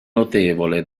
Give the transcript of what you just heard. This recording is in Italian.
notevole